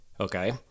okay